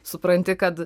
supranti kad